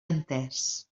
entès